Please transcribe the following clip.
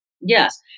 Yes